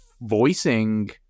voicing